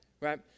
right